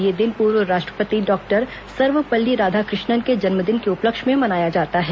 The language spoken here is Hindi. यह दिन पूर्व राष्ट्रपति डॉक्टर सर्वपल्ली राधाकृष्णन के जन्मदिन के उपलक्ष्य में मनाया जाता है